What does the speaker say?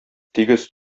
тигез